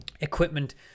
equipment